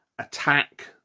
attack